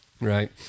right